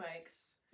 mics